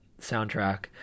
soundtrack